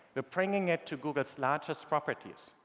but bringing it to google's largest properties.